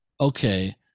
okay